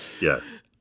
Yes